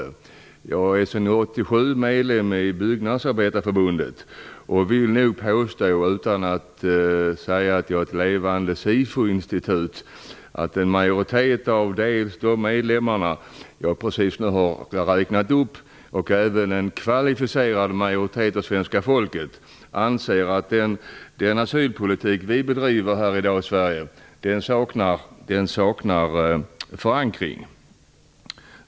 Jag är sedan 1987 medlem i Byggnadsarbetareförbundet. Utan att säga att jag är ett levande SIFO-institut vill jag påstå att en majoritet av medlemmarna i dessa fackförbund och även en kvalificerad majoritet av svenska folket anser att den asylpolitik som bedrivs i Sverige i dag saknar förankring.